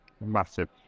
massive